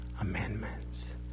amendments